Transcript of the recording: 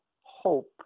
hope